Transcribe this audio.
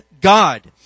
God